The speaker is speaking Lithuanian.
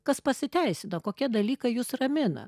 kas pasiteisina kokie dalykai jus ramina